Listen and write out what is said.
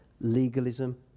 legalism